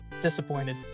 Disappointed